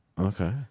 Okay